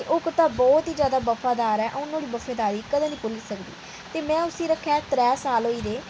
ओह् कुत्ता बहुत ही जैदा वफादार ऐ अ'ऊं न्हाड़ी बफादारी कदें नी भुल्ली सकदी ते में उसी रक्खे दे त्रै साल होई गेदे